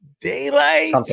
daylight